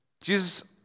Jesus